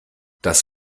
das